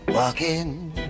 Walking